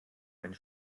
einen